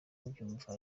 babyumva